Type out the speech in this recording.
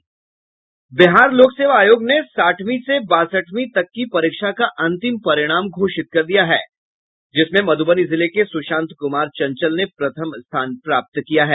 बिहार लोक सेवा आयोग ने साठवीं से बासठवीं तक की परीक्षा का अंतिम परिणाम घोषित कर दिया है जिसमें मधुबनी जिले के सुशांत कुमार चंचल ने प्रथम स्थान प्राप्त किया है